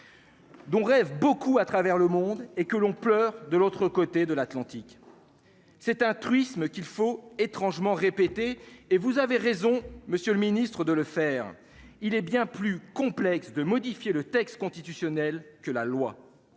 Dont rêvent beaucoup à travers le monde et que l'on pleure de l'autre côté de l'Atlantique, c'est un truisme, qu'il faut étrangement répété et vous avez raison, Monsieur le Ministre, de le faire, il est bien plus complexe, de modifier le texte constitutionnel que la loi,